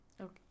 Okay